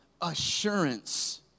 assurance